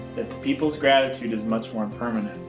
the people's gratitude is much more and permanent,